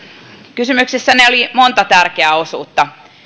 kysymyksessänne oli monta tärkeää osuutta